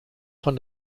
von